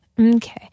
Okay